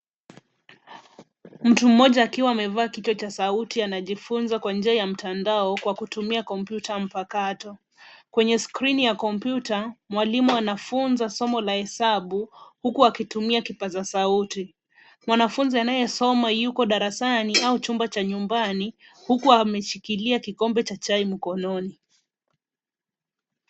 Mtu mmoja akiwa amevaa kito cha sauti anajifunza kwa njia ya mtandao kwa kutumia komputa mpakato. Kwenye skrini ya komputa mwalimu, anafunza somo la hesabu huku akitumia kipaza sauti. Mwanafunzi anayesoma yupo darasani au nyumbani, huku ameshikilia kikombe cha chai mkononi.